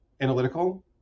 analytical